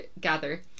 gather